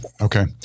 Okay